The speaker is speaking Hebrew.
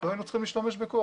ולא היינו צריכים להשתמש בכוח.